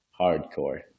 hardcore